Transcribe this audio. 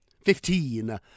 Fifteen